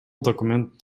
документ